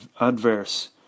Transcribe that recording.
adverse